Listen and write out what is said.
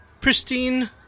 Pristine